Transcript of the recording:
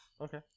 Okay